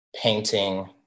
painting